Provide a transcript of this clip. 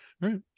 Right